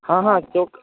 હા હા ચોક